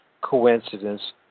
coincidence